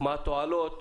מה התועלות,